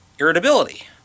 irritability